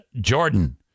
Jordan